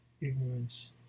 Ignorance